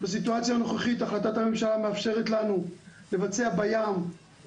בסיטואציה הנוכחית החלטת הממשלה מאפשרת לנו לבצע בים,